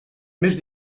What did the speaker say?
més